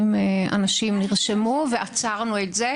160 אנשים נרשמו ועצרנו את זה,